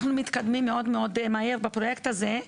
אנחנו מתקדמים מאוד מאוד מהר בפרויקט הזה.